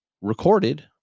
recorded